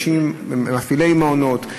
מפעילי המעונות,